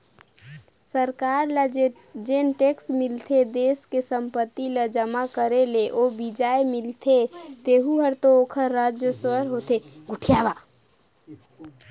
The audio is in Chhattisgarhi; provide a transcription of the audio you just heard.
सरकार ल जेन टेक्स मिलथे देस के संपत्ति ल जमा करे ले जो बियाज मिलथें तेहू हर तो ओखर राजस्व होथे